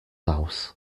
house